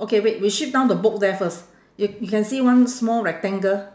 okay wait we shift down the book there first you you can see one small rectangle